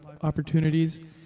opportunities